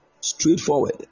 Straightforward